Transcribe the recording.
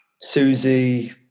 Susie